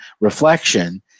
reflection